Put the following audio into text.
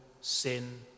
sin